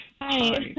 Hi